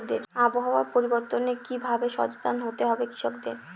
আবহাওয়া পরিবর্তনের কি ভাবে সচেতন হতে হবে কৃষকদের?